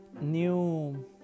new